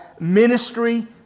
ministry